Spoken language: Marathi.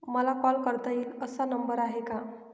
मला कॉल करता येईल असा नंबर आहे का?